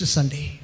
Sunday